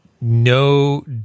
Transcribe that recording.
no